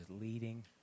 leading